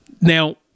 Now